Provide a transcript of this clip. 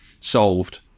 solved